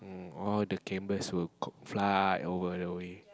um all the canvas will cook fly over the way